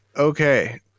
Okay